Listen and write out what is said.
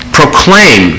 proclaim